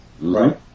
Right